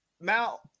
Mal